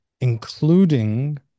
including